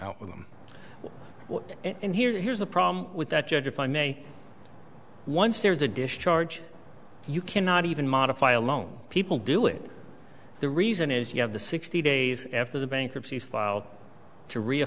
out with them in here here's a problem with that judge if i may once there's a dish charge you cannot even modify a loan people do it the reason is you have the sixty days after the bankruptcy filed to